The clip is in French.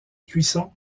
cuisson